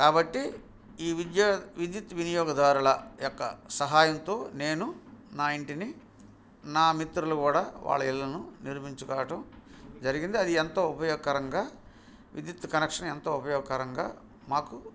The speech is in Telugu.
కాబట్టి ఈ విద్యుత్ విద్యుత్ వినియోగదారుల యొక్క సహాయంతో నేను నా ఇంటిని నా మిత్రులు కూడా వాళ్ళ ఇళ్లను నిర్మించుకోవటం జరిగింది అది ఎంతో ఉపయోగకరంగా విద్యుత్ కనెక్షన్ ఎంతో ఉపయోగకరంగా మాకు